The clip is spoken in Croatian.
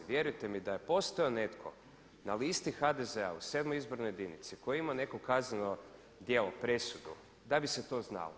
Vjerujte mi da je postojao netko na listi HDZ-a u 7. izbornoj jedinici koji je imao neko kazneno djelo, presudu, da bi se to znalo.